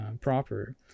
proper